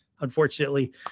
Unfortunately